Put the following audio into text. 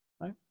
Right